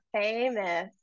famous